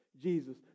Jesus